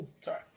sorry